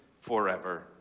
forever